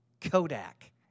Kodak